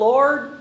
Lord